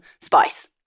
Spice